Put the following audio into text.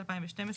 2012,